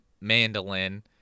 mandolin